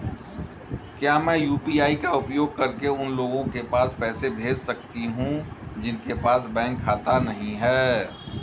क्या मैं यू.पी.आई का उपयोग करके उन लोगों के पास पैसे भेज सकती हूँ जिनके पास बैंक खाता नहीं है?